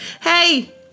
Hey